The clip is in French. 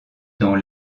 dans